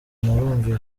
ngo